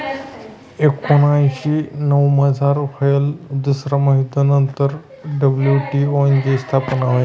एकोनीसशे नऊमझार व्हयेल दुसरा महायुध्द नंतर डब्ल्यू.टी.ओ नी स्थापना व्हयनी